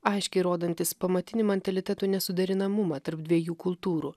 aiškiai rodantys pamatinį mentalitetų nesuderinamumą tarp dviejų kultūrų